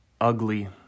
ugly